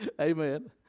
amen